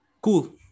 Cool